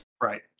right